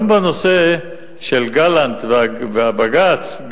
בנושא של גלנט והבג"ץ,